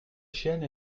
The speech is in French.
chienne